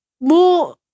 more